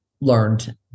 learned